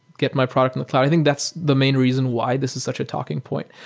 get my product in the cloud. i think that's the main reason why this is such a talking point.